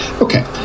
okay